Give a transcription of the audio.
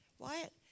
Wyatt